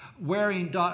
wearing